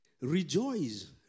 Rejoice